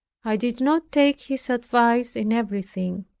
i did not take his advice in everything.